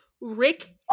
Rick